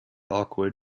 aqua